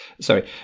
sorry